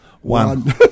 One